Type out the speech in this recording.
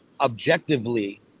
objectively